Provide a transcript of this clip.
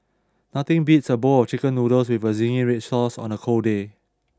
nothing beats a bowl of chicken noodles with zingy red sauce on a cold day